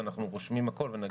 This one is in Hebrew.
אנחנו רושמים הכל ונגיב.